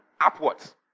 upwards